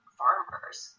farmers